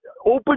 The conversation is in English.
open